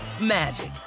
magic